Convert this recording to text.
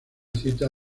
cita